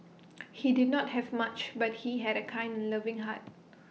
he did not have much but he had A kind and loving heart